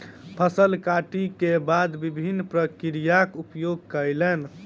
फसिल कटै के बाद विभिन्न प्रक्रियाक उपयोग कयलैन